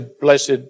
blessed